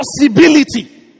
possibility